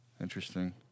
interesting